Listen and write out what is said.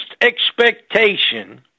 expectation